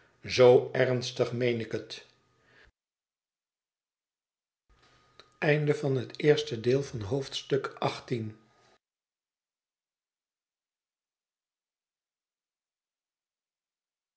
zoo ernstig meen ik het wij